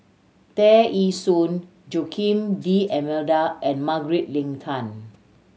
Tear Ee Soon Joaquim D'Almeida and Margaret Leng Tan